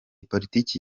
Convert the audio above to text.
politiki